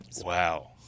Wow